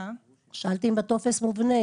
שאלתי אם בטופס המובנה,